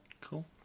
Cool